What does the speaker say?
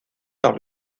par